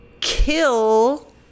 kill